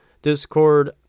discord